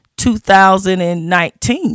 2019